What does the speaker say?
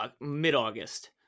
mid-August